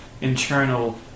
internal